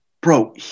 bro